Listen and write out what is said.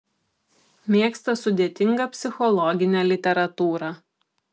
mėgsta sudėtingą psichologinę literatūrą